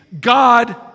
God